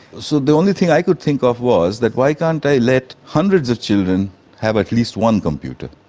so the only thing i could think of was that why can't i let hundreds of children have at least one computer?